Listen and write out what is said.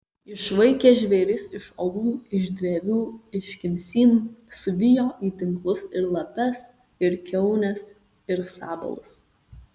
išvaikė žvėris iš olų iš drevių iš kimsynų suvijo į tinklus ir lapes ir kiaunes ir sabalus